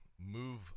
move